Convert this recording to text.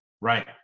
Right